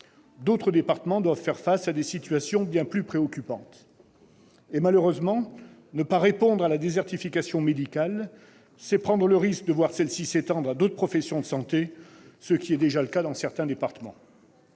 D'autres départements doivent faire face à des situations bien plus préoccupantes. Malheureusement, ne pas répondre à la désertification médicale, c'est prendre le risque de voir celle-ci s'étendre à d'autres professions de santé, ce qui est déjà le cas dans certains départements.